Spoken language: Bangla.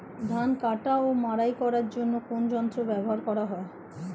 ধান কাটা ও মাড়াই করার জন্য কোন যন্ত্র ব্যবহার করা হয়?